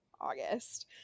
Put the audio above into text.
August